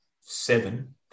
seven